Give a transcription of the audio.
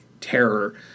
terror